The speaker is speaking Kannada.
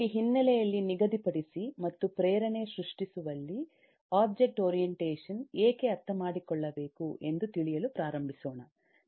ಇಲ್ಲಿ ಹಿನ್ನೆಲೆಯಲ್ಲಿ ನಿಗದಿಪಡಿಸಿ ಮತ್ತು ಪ್ರೇರಣೆ ಸೃಷ್ಟಿಸುವಲ್ಲಿ ಒಬ್ಜೆಕ್ಟ್ ಓರಿಯೆಂಟೇಷನ್ ಏಕೆ ಅರ್ಥಮಾಡಿಕೊಳ್ಳಬೇಕು ಎಂದು ತಿಳಿಯಲು ಪ್ರಾರಂಭಿಸೋಣ